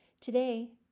Today